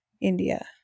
India